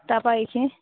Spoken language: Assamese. তাৰপা এইখিনি